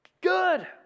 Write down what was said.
good